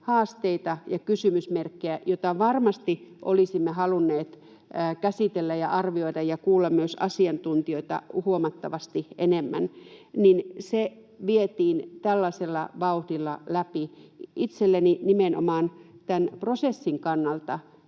haasteita ja kysymysmerkkejä, joita varmasti olisimme halunneet käsitellä ja arvioida ja joista kuulla myös asiantuntijoita huomattavasti enemmän, vietiin tällaisella vauhdilla läpi. Itselleni nimenomaan tämän prosessin kannalta